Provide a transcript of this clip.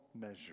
measure